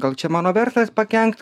gal čia mano verslas pakenkt